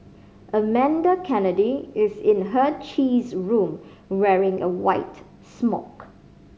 Amanda Kennedy is in her cheese room wearing a white smock